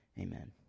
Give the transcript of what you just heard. Amen